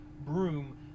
Broom